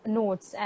notes